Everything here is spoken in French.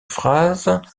phrases